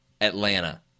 Atlanta